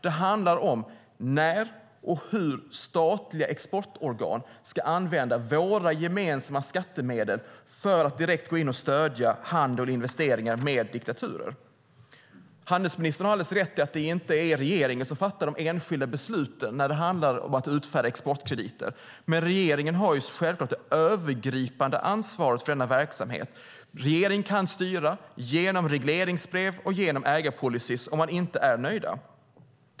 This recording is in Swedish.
Den handlar om när och hur statliga exportorgan ska använda våra gemensamma skattemedel för att direkt gå in och stödja handel med och investeringar i diktaturer. Handelsministern har alldeles rätt i att det inte är regeringen som fattar de enskilda besluten när det handlar om att utfärda exportkrediter, men regeringen har självfallet det övergripande ansvaret för denna verksamhet. Regeringen kan styra genom regleringsbrev och genom ägarpolicy om den inte är nöjd.